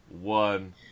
One